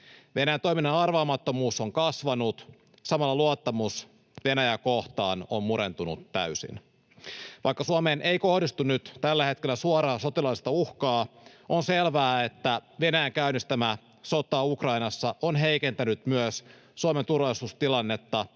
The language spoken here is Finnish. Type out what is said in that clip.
Venäjän toiminnan arvaamattomuus on kasvanut, samalla luottamus Venäjää kohtaan on murentunut täysin. Vaikka Suomeen ei kohdistu nyt tällä hetkellä suoraa sotilaallista uhkaa, on selvää, että Venäjän käynnistämä sota Ukrainassa on heikentänyt myös Suomen turvallisuustilannetta